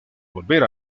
volver